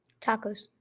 Tacos